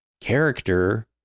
character